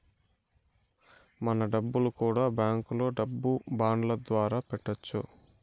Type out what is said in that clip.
మన డబ్బులు కూడా బ్యాంకులో డబ్బు బాండ్ల ద్వారా పెట్టొచ్చు